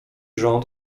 rząd